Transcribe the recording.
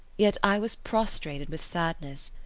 yet i was prostrated with sadness.